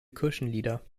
kirchenlieder